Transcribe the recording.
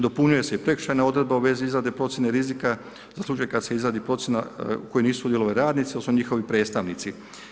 Dopunjuje se i prekršajna odredba u vezi izrade procjene rizika za slučaj kad se izradi procjena u kojoj nisu sudjelovali radnici, odnosno njihovi predstavnici.